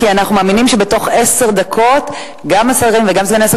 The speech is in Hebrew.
כי אנחנו מאמינים שבתוך עשר דקות גם השרים וגם סגני השרים,